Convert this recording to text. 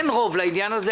אין רוב לעניין הזה.